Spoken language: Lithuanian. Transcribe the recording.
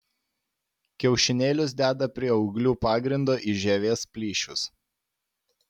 kiaušinėlius deda prie ūglių pagrindo į žievės plyšius